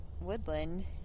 woodland